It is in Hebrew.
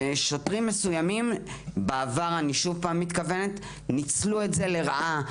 שוטרים מסוימים בעבר ניצלו את זה לרעה,